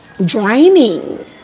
draining